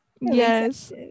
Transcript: yes